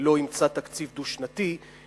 לא אימצה תקציב דו-שנתי,